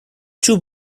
two